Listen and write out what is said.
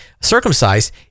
circumcised